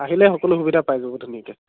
আহিলে সকলো সুবিধা পাই যাব ধুনীয়াকৈ